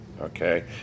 Okay